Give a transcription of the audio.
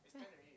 where